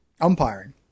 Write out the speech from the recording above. umpiring